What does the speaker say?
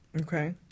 Okay